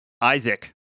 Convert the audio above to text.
Isaac